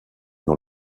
dans